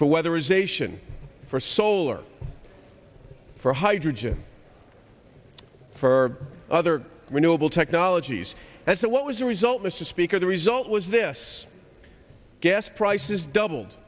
for weather is a sion for solar for hydrogen for other renewable technologies and what was the result mr speaker the result was this gas prices doubled